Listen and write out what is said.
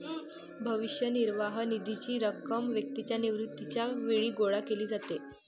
भविष्य निर्वाह निधीची रक्कम व्यक्तीच्या निवृत्तीच्या वेळी गोळा केली जाते